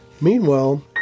meanwhile